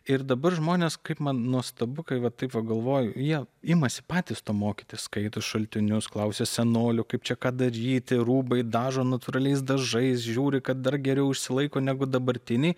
ir dabar žmonės kaip man nuostabu kai va taip pagalvoju jie imasi patys to mokytis skaito šaltinius klausia senolių kaip čia ką daryti rūbai dažo natūraliais dažais žiūri kad dar geriau išsilaiko negu dabartiniai